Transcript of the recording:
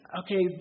okay